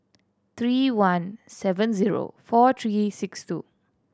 three one seven zero four three six two